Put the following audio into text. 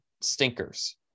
stinkers